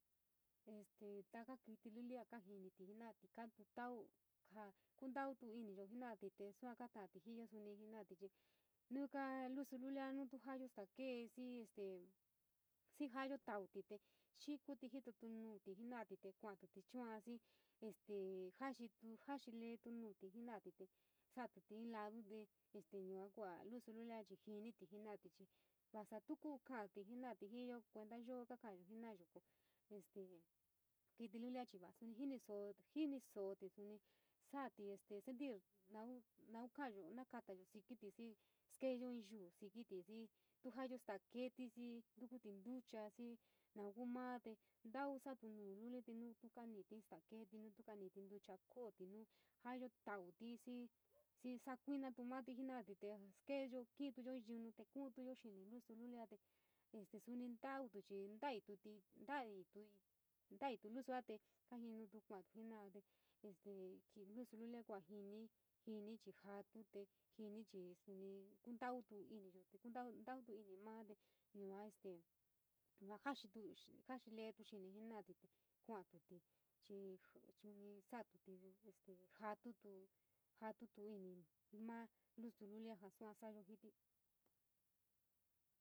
Este taka kiti lulia a kajinití jinati kaa tu tau ja kuntau iniyo jena’ote te sua kata’ati ji yoo suni jenati te nu ka lusu lulio nu tu jayo staa kee xii este xii jayo tautu te xii kuili jitoti nuuti jenati te kuatuti chua jii este jaxiitu, jaxiiletu nuu nuuti jenati te jaatití te in lado, te eete yua kua lusululia chii jiniti jenati chii vasa tu kati jiiyo, kuenta yoo kaka jiinayo ko este kitilulia chii vaa jinisooti, jinisooti suni sa’atí este sentir naun, naun ka’ayo, nokatayo sikítí xii skeyo inn you sikiti vii tu jaayo sta keti vi, ntukuti nducha xii naun kuu maa te ntau sa’atu nuu luli te nutuu kami’iti inn staa keeti, suni nutu kanilf nducha kooti nu jaayo tauti, xii sakuinati tu mati jenoti te skeeyo kintuyo in yunu kuuntoyo xini lusu lulio te te suni ntautí chii ntaití, ntaitui, ntaiti, lusua te kajinutu kuatu jena’ate te este lusu lulia kuajini jini chii jatu te jini chii jaatu te jini chii suni kentautu iniyo te kuntau, tautu ini maa, te yua este yua jaxiitu, jaxiiletu xini jena’ ati te kua’atuti chii, suni satuti chii, subi satuti este jatutu, jatutu ini maa lusululia ja sua so’ayo jiti.